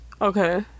Okay